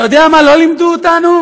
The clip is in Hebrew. אתה יודע מה לא לימדו אותנו,